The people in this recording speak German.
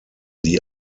die